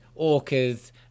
orcas